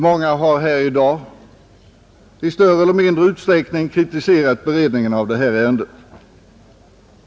Många har här i dag i större eller mindre utsträckning kritiserat beredningen av detta ärende.